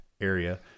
area